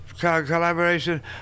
Collaboration